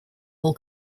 all